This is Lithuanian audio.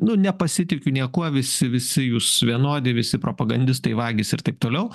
nu nepasitikiu niekuo visi visi jūs vienodi visi propagandistai vagys ir taip toliau